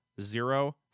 Zero